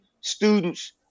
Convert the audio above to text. students